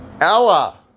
ella